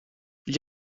gli